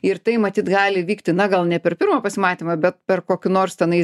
ir tai matyt gali vykti na gal ne per pirmą pasimatymą bet per kokį nors tenais